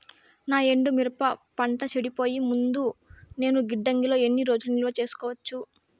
నా ఎండు మిరప పంట చెడిపోయే ముందు నేను గిడ్డంగి లో ఎన్ని రోజులు నిలువ సేసుకోవచ్చు?